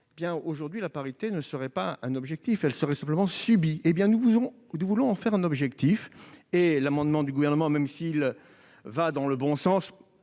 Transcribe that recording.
arguments, la parité ne serait pas un objectif, elle serait simplement subie. Pour notre part, nous voulons en faire un objectif. L'amendement du Gouvernement, même s'il va dans le bon sens,